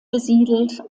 besiedelt